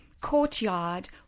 courtyard